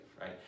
right